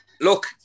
Look